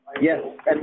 Yes